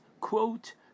quote